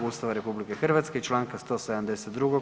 Ustava RH i članka 172.